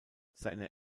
seine